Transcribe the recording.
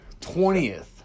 twentieth